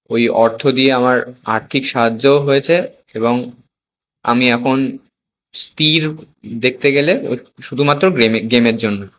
ওই অর্থ দিয়ে আমার আর্থিক সাহায্যও হয়েছে এবং আমি এখন স্থির দেখতে গেলে ও শুধুমাত্র গ্রেমে গেমের জন্য